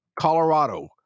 Colorado